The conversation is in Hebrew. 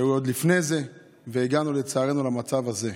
שהיו עוד לפני זה, ולצערנו הגענו למצב הזה.